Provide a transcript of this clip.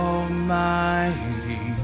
Almighty